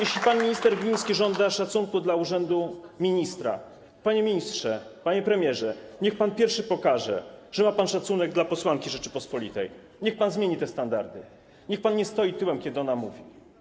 Jeśli pan minister Gliński żąda szacunku dla urzędu ministra, to, panie ministrze, panie premierze, niech pan pierwszy pokaże, że ma pan szacunek dla posłanki Rzeczypospolitej, niech pan zmieni te standardy, niech pan nie stoi tyłem, kiedy ona mówi.